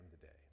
today